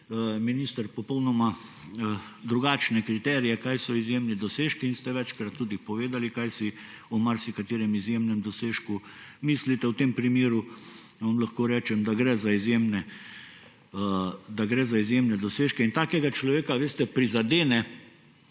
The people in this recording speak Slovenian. minister, popolnoma drugačne kriterije, kaj so izjemni dosežki, in ste večkrat tudi povedali, kaj si o marsikaterem izjemnem dosežku mislite, v tem primeru vam lahko rečem, da gre za izjemne dosežke – prizadene,